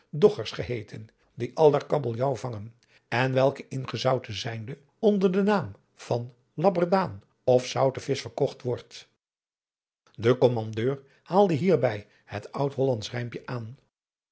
geheeten die aldaar kabeljaauw vangen en welke ingezouten zijnde onder den naam van labberdaan of zoutevisch verkocht wordt de kommandeur haalde hierbij het oud hollandsch rijmpje aan